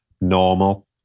normal